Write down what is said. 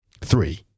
three